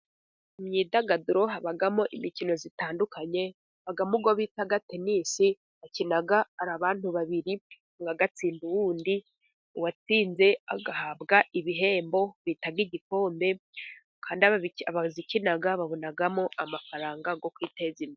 Imyidagaduro habamo imikino itandukanye, habamo uwo bita tenisi bakina ari abantu babiri umwe agatsinda undi, uwatsinze agahabwa ibihembo bita igikombe. Abayikina babonamo amafaranga yo kwiteza imbere.